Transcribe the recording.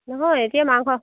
নহয় এতিয়া মাংস